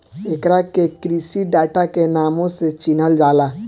एकरा के कृषि डाटा के नामो से चिनहल जाला